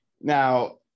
Now